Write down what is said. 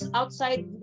outside